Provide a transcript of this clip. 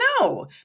No